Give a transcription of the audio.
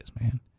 man